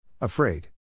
Afraid